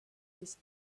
this